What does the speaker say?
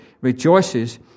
rejoices